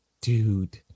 Dude